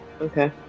Okay